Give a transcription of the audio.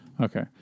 Okay